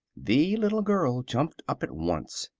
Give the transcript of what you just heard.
the little girl jumped up at once.